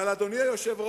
אבל, אדוני היושב-ראש,